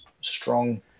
strong